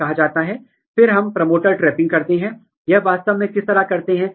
और यह आप फिर से जीन स्तर पर कर सकते हैं या आप वैश्विक स्तर पर कर सकते हैं